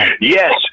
yes